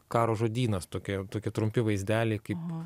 karo žodynas tokie tokie trumpi vaizdeliai kaip